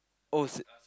oh c~